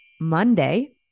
Monday